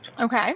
Okay